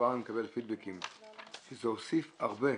וכבר אני מקבל פידבקים שזה הוסיף הרבה,